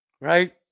Right